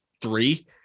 three